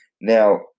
Now